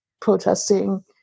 protesting